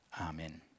Amen